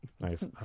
Nice